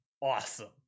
awesome